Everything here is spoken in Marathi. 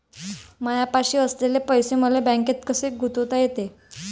मायापाशी असलेले पैसे मले बँकेत कसे गुंतोता येते?